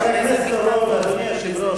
חבר הכנסת אורון ואדוני היושב-ראש,